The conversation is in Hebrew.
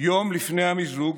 יום לפני המיזוג